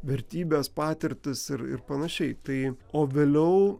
vertybes patirtis ir ir panašiai tai o vėliau